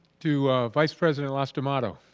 to vice president lastimado.